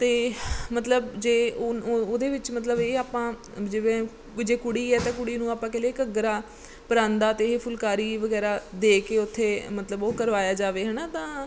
ਅਤੇ ਮਤਲਬ ਜੇ ਉਹਦੇ ਵਿੱਚ ਮਤਲਬ ਇਹ ਆਪਾਂ ਜਿਵੇਂ ਵੀ ਜੇ ਕੁੜੀ ਹੈ ਤਾਂ ਕੁੜੀ ਨੂੰ ਆਪਾਂ ਕਹਿ ਲੀਏ ਘੱਗਰਾ ਪਰਾਂਦਾ ਅਤੇ ਇਹ ਫੁਲਕਾਰੀ ਵਗੈਰਾ ਦੇ ਕੇ ਉੱਥੇ ਮਤਲਬ ਉਹ ਕਰਵਾਇਆ ਜਾਵੇ ਹੈ ਨਾ ਤਾਂ